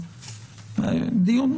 בדיון,